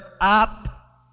up